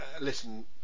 listen